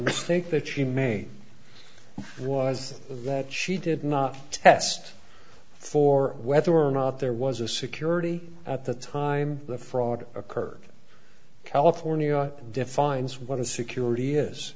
mistake that she made was that she did not test for whether or not there was a security at the time the fraud occurred california defines what the security is